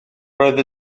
roedd